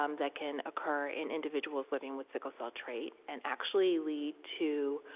um that can occur in individuals living with sickle cell trait, and actually lead to